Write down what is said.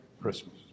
Christmas